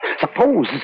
Suppose